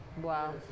Wow